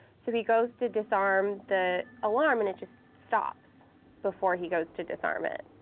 so he goes to disarm the alarm, and it just stops before he goes to disarm it,